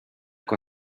con